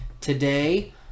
Today